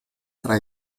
tra